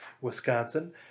Wisconsin